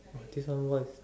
!wah! this one what is